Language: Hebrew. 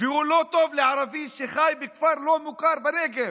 והוא לא טוב לערבי שחי בכפר לא מוכר בנגב,